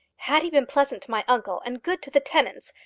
had he been pleasant to my uncle and good to the tenants,